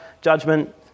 Judgment